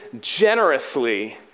generously